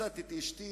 מצאתי את אשתי